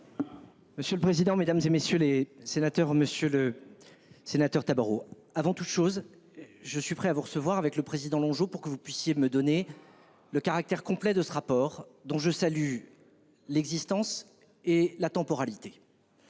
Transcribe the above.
Monsieur le président, Mesdames, et messieurs les sénateurs, Monsieur le. Sénateur Tabarot avant toute chose, je suis prêt à vous recevoir avec le président Longeau pour que vous puissiez me donner. Le caractère complet de ce rapport, dont je salue l'existence et la temporalité.